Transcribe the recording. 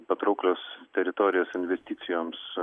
patrauklias teritorijas investicijoms